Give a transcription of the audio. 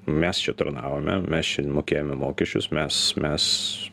mes čia tarnavome mes čia mokėjome mokesčius mes mes